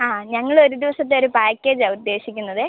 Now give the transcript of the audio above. ആ ഞങ്ങൾ ഒരു ദിവസത്തെ ഒരു പാക്കേജാ ഉദ്ദേശിക്കുന്നത്